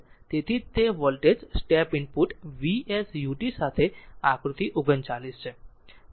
તેથી તેથી જ તે voltage step input V s ut સાથે આકૃતિ 39 છે